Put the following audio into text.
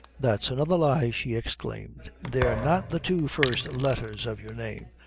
that's another lie, she exclaimed they're not the two first letthers of your name,